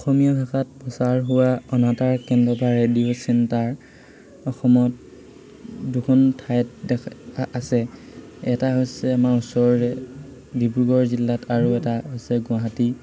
অসমীয়া ভাষাত প্ৰচাৰ হোৱা অনাতাৰ কেন্দ্ৰ বা ৰেডিঅ' চেণ্টাৰ অসমত দুখন ঠাইত দেখা আছে এটা হৈছে আমাৰ ওচৰৰে ডিব্ৰুগড় জিলাত আৰু এটা আছে গুৱাহাটী